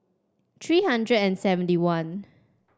three hundred and seventy one